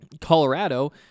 Colorado